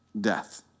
death